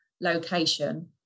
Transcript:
location